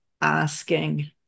asking